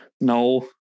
No